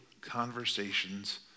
conversations